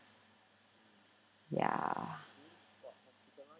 ya